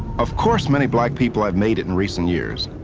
of course many black people have made it in recent years,